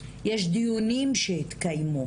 לא היה תקציב,